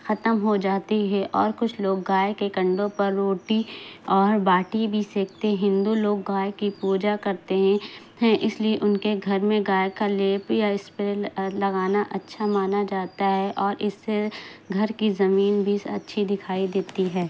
ختم ہو جاتی ہے اور کچھ لوگ گائے کے کنڈوں پر روٹی اور باٹی بھی سیکتے ہندو لوگ گائے کی پوجا کرتے ہیں ہیں اس لیے ان کے گھر میں گائے کا لیپ یا اسپرے لگانا اچھا مانا جاتا ہے اور اس سے گھر کی زمین بھی اچھی دکھائی دیتی ہے